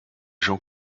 jean